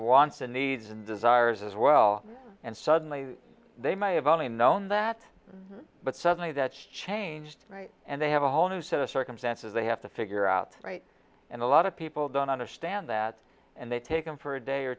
wants and needs and desires as well and suddenly they might have only known that but suddenly that's changed and they have a whole new set of circumstances they have to figure out right and a lot of people don't understand that and they take him for a day or